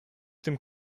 tym